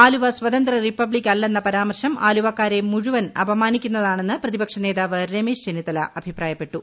ആലുവ സ്വതന്ത്ര റിപ്പബ്ലിക് അല്ലെന്ന പരാമർശം ആലുവക്കാരെ മുഴുവൻ അപമാനിക്കുന്നതാണെന്ന് പ്രതിപക്ഷ നേതാവ് രമേശ് ചെന്നിത്തല അഭിപ്രായപ്പെട്ടു